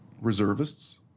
reservists